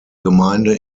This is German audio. gemeinde